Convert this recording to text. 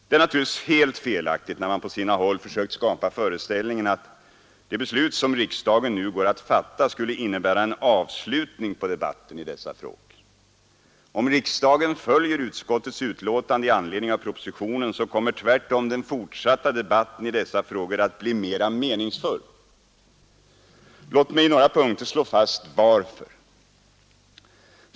Det är naturligtvis helt felaktigt när man på sina håll försökt skapa föreställningen att de beslut som riksdagen nu går att fatta skulle innebära en avslutning på debatten i dessa frågor. Om riksdagen följer utskottets betänkande i anledning av propositionen kommer tvärtom den fortsatta debatten i dessa frågor att bli mera meningsfull. Låt mig i några punkter slå fast varför.